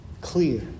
clear